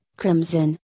Crimson